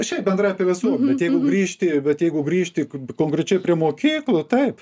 šiaip bendrai apie visuomenę bet jeigu grįžti bet jeigu grįžti ku konkrečiai prie mokyklų taip